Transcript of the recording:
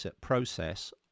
process